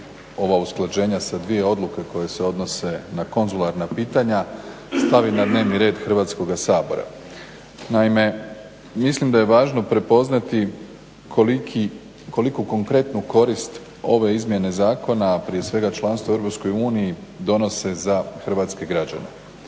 ova usklađenja sa dvije odluke koje se odnose na konzularna pitanja stavi na dnevni red Hrvatskoga sabora. Naime, mislim da je važno prepoznati koliku konkretnu koristi ove izmjene zakona, a prije svega članstvo u EU donose za hrvatske građane.